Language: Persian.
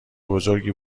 بزرگی